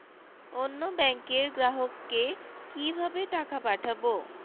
অন্য ব্যাংকের গ্রাহককে কিভাবে টাকা পাঠাবো?